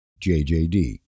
JJD